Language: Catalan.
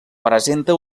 presenta